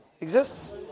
exists